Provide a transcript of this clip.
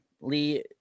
Lee